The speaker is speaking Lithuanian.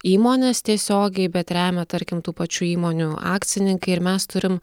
įmonės tiesiogiai bet remia tarkim tų pačių įmonių akcininkai ir mes turim